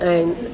ऐं